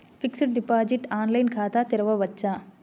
Fixed deposit online ఖాతా తెరువవచ్చా?